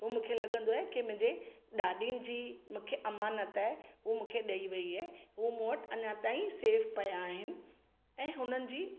उहो मुखे लॻंदो आहे की मुंहिंजे ॾाॾी जी मूंखे अमानत आहे उहो मूंखे ॾेई वई आहे उहे मूं वटि अञा ताईं सेफ पिया आहिनि ऐं हुननि जी